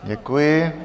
Děkuji.